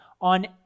on